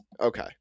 Okay